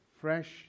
fresh